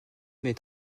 est